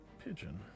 Pigeon